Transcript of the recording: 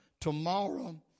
tomorrow